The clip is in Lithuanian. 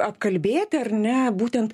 apkalbėti ar ne būtent